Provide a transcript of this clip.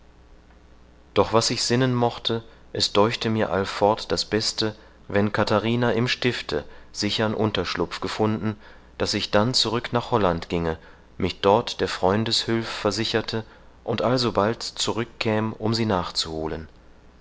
doch was ich sinnen mochte es deuchte mir allfort das beste wenn katharina im stifte sichern unterschlupf gefunden daß ich dann zurück nach holland ginge mich dort der freundeshülf versicherte und allsobald zurückkäm um sie nachzuholen